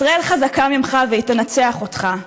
ישראל חזקה ממך והיא תנצח אותך,